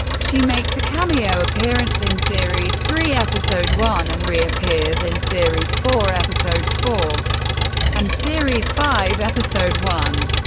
she makes a cameo appearance in series three, episode one, and reappears in series four, episode four and series five, episode one.